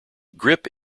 grip